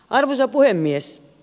arvoisa puhemies